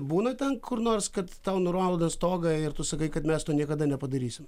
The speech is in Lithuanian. būna ten kur nors kad tau nurauna stogą ir tu sakai kad mes to niekada nepadarysime